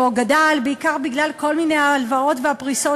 או גדל בעיקר בגלל כל מיני הלוואות ופריסות